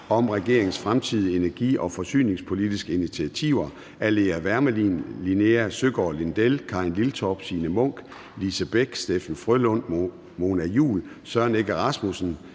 om regeringens fremtidige energi- og forsyningspolitiske initiativer. Af Lea Wermelin (S), Linea Søgaard-Lidell (V), Karin Liltorp (M), Signe Munk (SF), Lise Bech (DD), Steffen W. Frølund (LA), Mona Juul (KF), Søren Egge Rasmussen